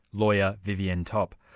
lawyer, vivienne topp.